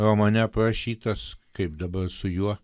romane aprašytas kaip dabar su juo